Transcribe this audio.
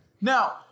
Now